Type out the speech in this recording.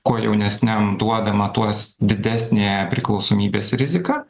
kuo jaunesniam duodama tuos didesnė priklausomybės rizika